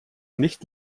nicht